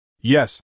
Yes